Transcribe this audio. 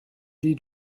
lee